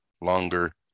longer